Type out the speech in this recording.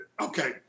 okay